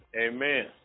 Amen